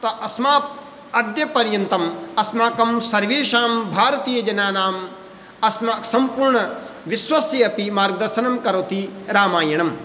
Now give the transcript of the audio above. त अस्मात् अद्यपर्यन्तम् अस्माकं सर्वेषां भारतीयजनानाम् अस्मा सम्पूर्णविश्वस्य अपि मार्गदर्शनं करोति रामायणं